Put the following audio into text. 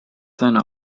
seine